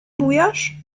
bujasz